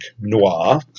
Noir